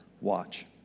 Watch